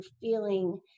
feeling